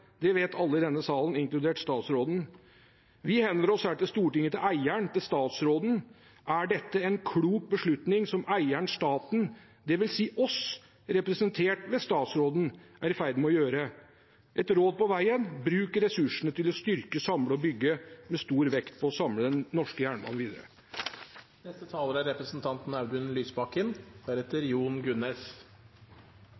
Det vet alle i denne salen, inkludert statsråden. Vi henvender oss her i Stortinget til eieren, til statsråden. Er det en klok beslutning som eieren, staten – dvs. oss, representert ved statsråden – er i ferd med å gjøre? Et råd på veien: Bruk ressursene til å styrke, samle og bygge – med stor vekt på å samle den norske jernbanen